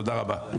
תודה רבה.